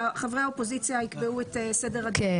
וחברי האופוזיציה יקבעו את סדר ---?